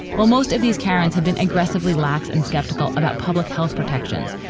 well most of these characters have been aggressively lax and skeptical about public health protections,